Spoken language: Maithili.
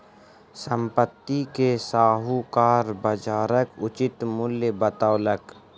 संपत्ति के साहूकार बजारक उचित मूल्य बतौलक